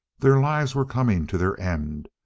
their lives were coming to their end,